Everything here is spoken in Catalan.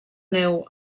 neu